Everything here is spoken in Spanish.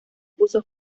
puso